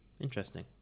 Interesting